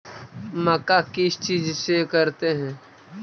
मक्का किस चीज से करते हैं?